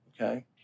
Okay